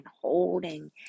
holding